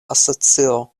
asocio